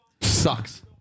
Sucks